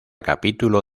capítulo